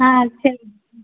ஆ சரி மேடம் ம்